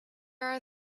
are